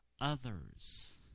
others